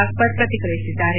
ಅಕ್ಟರ್ ಪ್ರತಿಕ್ರಿಯಿಸಿದ್ದಾರೆ